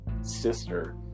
sister